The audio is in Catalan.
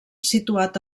situat